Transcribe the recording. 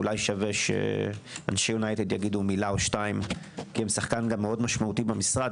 אולי שווה שאנשי יונייטד יגידו מילה כי הם שחקן משמעותי במשרד.